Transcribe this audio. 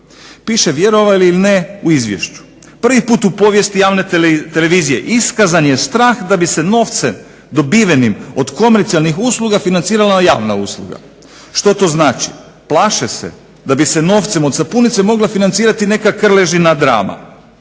Piše vjerovali ili ne u Izvješću. Prvi put u povijesti javne televizije iskazan je strah da bi se novcem dobivenim od komercijalnih usluga financirala javna usluga. Što to znači? Plaše se da bi se novcem od sapunice mogla financirati neka Krležina drama,